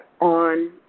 on